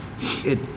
it-